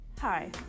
Hi